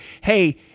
hey